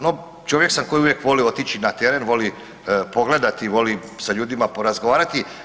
No, čovjek sam koji uvijek voli otići na teren, voli pogledati, voli sa ljudima porazgovarati.